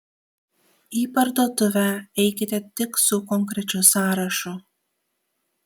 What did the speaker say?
į parduotuvę eikite tik su konkrečiu sąrašu